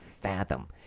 fathom